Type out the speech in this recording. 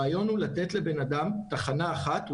הרעיון הוא לתת לבן אדם תחנה אחת,